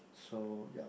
so ya